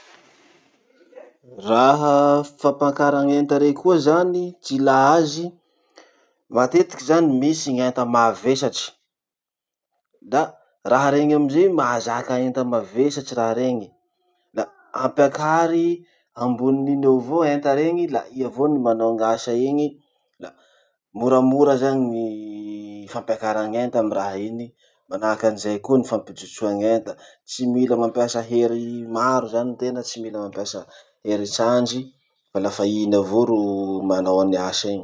Raha fampakaragn'enta rey koa zany ty ilà azy. Matetiky zany misy gn'enta mavesatry da raha reny amizay mahazaka enta mavesatry raha reny. La ampiakary ambonin'iny eo avao enta reny la i avao ny manao gn'asa iny, la moramora gny fampiakara gn'enta amy raha iny, manahaky zay avao koa gny fampijotsoa enta. Tsy mila mampiasa hery maro zany tena, tsy mila mampiasa hery sandry, fa lafa iny avao no manao any asa iny.